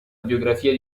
biografia